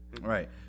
Right